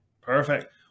Perfect